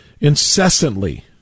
Incessantly